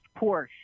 Porsche